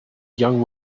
young